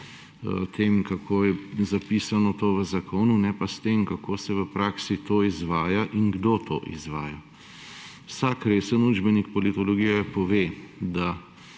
kako je zapisano to v zakonu, ne pa s tem, kako se v praksi to izvaja in kdo to izvaja. Vsak resen učbenik politologije pove, da